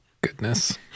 goodness